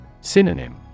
Synonym